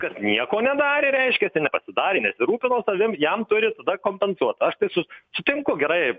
kas nieko nedarė reiškiasi nepasidarė nesirūpino savim jam turi tada kompensuot aš tai su sutinku gerai